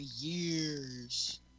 years